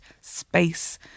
space